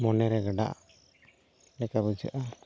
ᱢᱚᱱᱮᱨᱮ ᱜᱟᱰᱟᱜ ᱞᱮᱠᱟ ᱵᱩᱡᱷᱟᱹᱜᱼᱟ